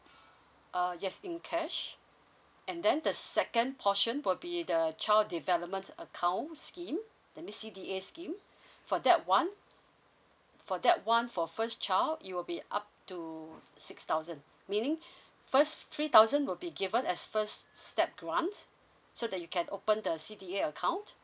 uh yes in cash and then the second portion will be the child development account scheme that means C_D_A scheme for that one for that one for first child it will be up to six thousand meaning first three thousand will be given as first step grant so that you can open the C_D_A account